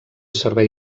servei